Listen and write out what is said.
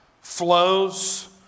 flows